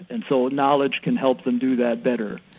and so knowledge can help them do that better,